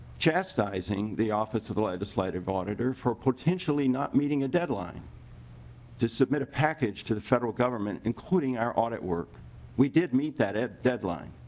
chastising the office of the legislative auditor for potentially not meeting a deadline to submit a package to the federal government including our audit work we did meet that deadline